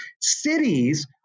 cities